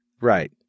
Right